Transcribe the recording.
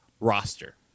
roster